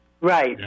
right